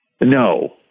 No